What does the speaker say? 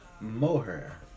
mohair